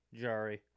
Jari